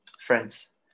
friends